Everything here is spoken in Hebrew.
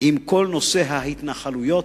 עם כל נושא ההתנחלויות,